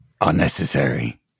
unnecessary